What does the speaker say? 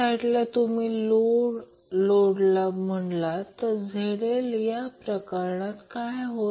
5 10 3 radian per second प्रत्यक्षात हे 40 होईल